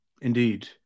indeed